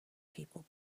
people